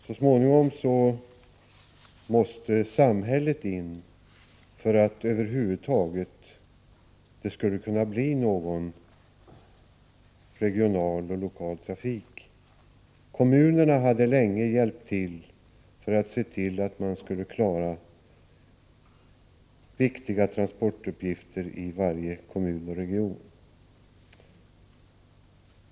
Så småningom måste samhället gå in — för att det över huvud taget skulle kunna bli någon regional och lokal trafik. Kommunerna hade länge hjälpt till för att man skulle klara viktiga transportuppgifter i varje kommun och region.